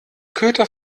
köter